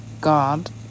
God